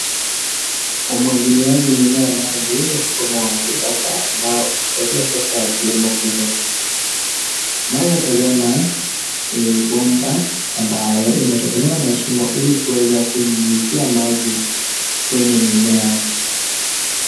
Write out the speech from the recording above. Umwagiliaji mimea maji ni mfumo wa kisasa ambao husaidia sekta ya kilimo kuibuka. Tunavyotazama ni bomba ambayo imetobolewa mashimo ili kuweza kunyunyizia maji kwenye mimea.